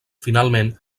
finalment